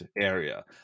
area